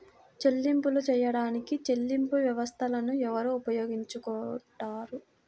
చెల్లింపులు చేయడానికి చెల్లింపు వ్యవస్థలను ఎవరు ఉపయోగించుకొంటారు?